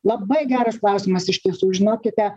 labai geras klausimas iš tiesų žinokite